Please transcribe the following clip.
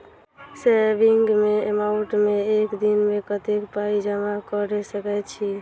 Saving account मे एक दिनमे कतेक पाई जमा कऽ सकैत छी?